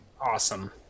awesome